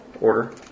Order